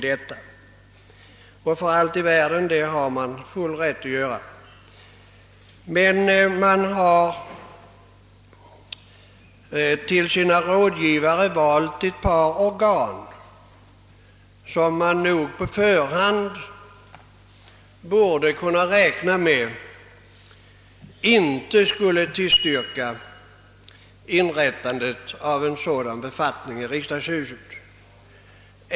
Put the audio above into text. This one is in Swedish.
Det har man för allt i världen full rätt att göra, men man har till sina rådgivare valt ett par organ, som nog på förhand kunde förmodas inte vilja tillstyrka inrättandet av en sådan befattning i riksdagshuset.